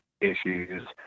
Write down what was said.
issues